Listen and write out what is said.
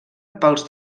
pels